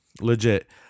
legit